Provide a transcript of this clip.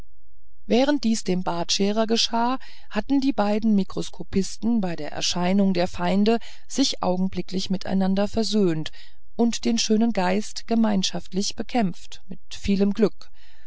während dies dem bartscherer geschah hatten die beiden mikroskopisten bei der erscheinung der feinde sich augenblicklich miteinander versöhnt und den schönen geist gemeinschaftlich bekämpft mit vielem glück